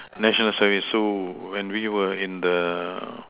national service so when we were in the